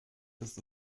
ist